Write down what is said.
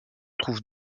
trouve